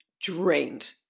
drained